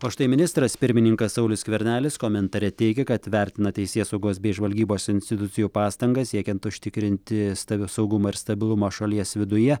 o štai ministras pirmininkas saulius skvernelis komentare teigia kad vertina teisėsaugos bei žvalgybos institucijų pastangas siekiant užtikrinti stavi saugumą ir stabilumą šalies viduje